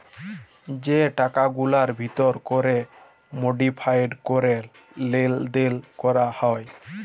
যে টাকাগুলার ভিতর ক্যরে মডিফায়েড ক্যরে লেলদেল ক্যরা হ্যয়